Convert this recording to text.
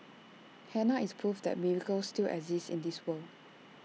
Hannah is proof that miracles still exist in this world